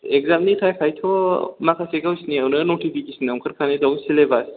एग्जामनि थाखायथ' माखासे गावसिनिआवनो माखासे नटिफिकेसनाव ओंखारखानाय दं सेलेबास